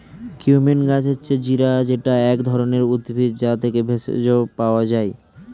cumin মানে হচ্ছে জিরা যেটা এক ধরণের উদ্ভিদ, যা থেকে ভেষজ পাওয়া যায়